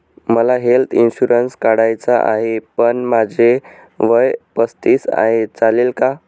मला health insurance काढायचा आहे पण माझे वय पस्तीस आहे, चालेल का?